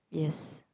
yes